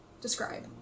Describe